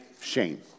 shame